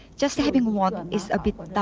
just having one is a bit